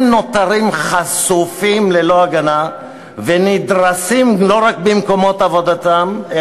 הם נותרים חשופים ללא הגנה ונדרסים לא רק במקומות עבודתם,